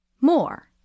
More